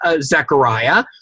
Zechariah